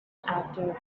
after